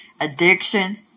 Addiction